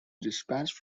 dispatched